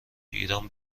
ایران